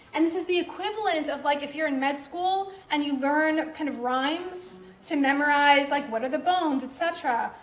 and this is the equivalent, of like, if you're in med school, and you learn kind of rhymes to memorize like what are the bones, cetera.